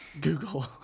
Google